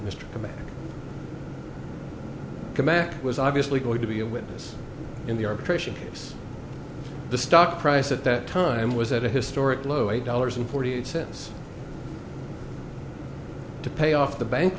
mack was obviously going to be a witness in the arbitration case the stock price at that time was at a historic low eight dollars and forty eight cents to pay off the bank